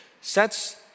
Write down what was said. sets